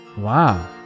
Wow